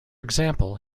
example